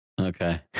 Okay